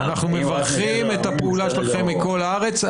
אנחנו מברכים את הפעולה שלכם בכל הארץ,